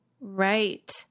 Right